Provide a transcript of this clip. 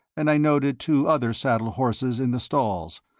and i noted two other saddle horses in the stalls,